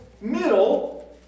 middle